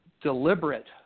deliberate